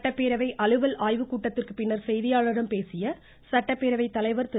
சட்டப்பேரவை அலுவல் ஆய்வு கூட்டத்திற்குப் பின்னர் செய்தியாளர்களிடம் பேசிய சட்டப்பேரவை தலைவர் திரு